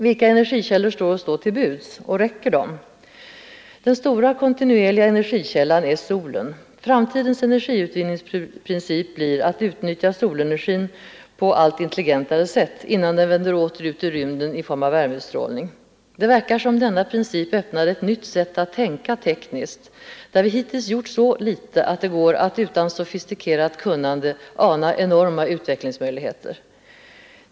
Vilka energikällor står oss då till buds? Och räcker de? Den stora kontinuerliga energikällan är solen. Framtidens energiutvinningsprincip blir att utnyttja solenergin på allt intelligentare sätt, innan den vänder åter ut i rymden i form av värmeutstrålning. Det verkar som om denna princip öppnade ett nytt sätt att tänka tekniskt, där vi hittills gjort så litet att det går att utan sofistikerat kunnande ana enorma utvecklingsmöjligheter.